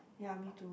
ya me too